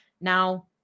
Now